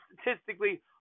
statistically